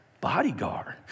Bodyguard